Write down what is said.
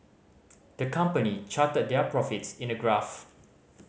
the company charted their profits in a graph